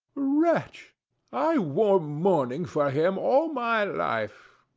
wretch i wore mourning for him all my life.